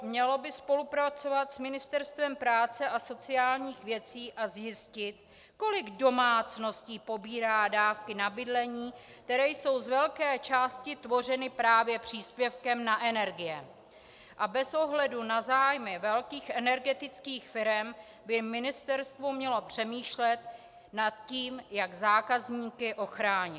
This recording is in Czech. Mělo by spolupracovat s Ministerstvem práce a sociálních věcí a zjistit, kolik domácností pobírá dávky na bydlení, které jsou z velké části tvořeny právě příspěvkem na energie, a bez ohledu na zájmy velkých energetických firem by ministerstvo mělo přemýšlet o tom, jak zákazníky ochránit.